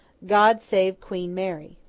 god save queen mary